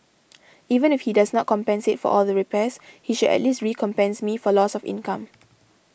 even if he does not compensate for all the repairs he should at least recompense me for loss of income